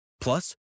Plus